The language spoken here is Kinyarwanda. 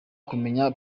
kumenya